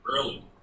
Early